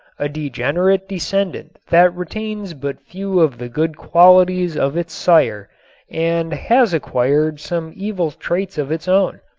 a degenerate descendant that retains but few of the good qualities of its sire and has acquired some evil traits of its own.